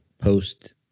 post